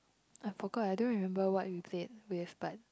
I forgot I don't remember what we said with but